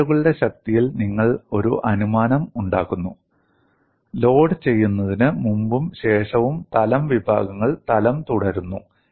മെറ്റീരിയലുകളുടെ ശക്തിയിൽ നിങ്ങൾ ഒരു അനുമാനം ഉണ്ടാക്കുന്നു ലോഡ് ചെയ്യുന്നതിന് മുമ്പും ശേഷവും തലം വിഭാഗങ്ങൾ തലം തുടരുന്നു